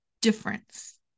difference